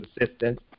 assistance